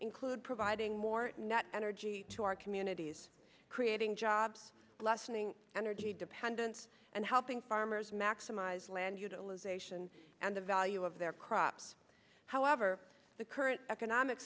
include providing more net energy to our communities creating jobs lessening energy dependence and helping farmers maximize land utilization and the value of their crops however the current economic